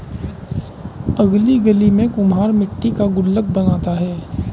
अगली गली में कुम्हार मट्टी का गुल्लक बनाता है